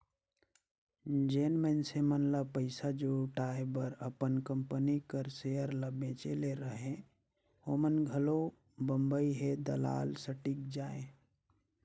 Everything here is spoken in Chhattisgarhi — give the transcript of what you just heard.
जेन मइनसे मन ल पइसा जुटाए बर अपन कंपनी कर सेयर ल बेंचे ले रहें ओमन घलो बंबई हे दलाल स्टीक जाएं